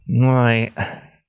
Right